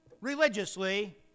Religiously